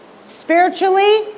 spiritually